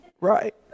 right